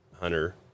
hunter